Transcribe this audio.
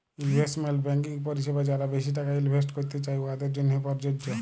investment banking পরিছেবা যারা বেশি টাকা ইলভেস্ট ক্যইরতে চায়, উয়াদের জ্যনহে পরযজ্য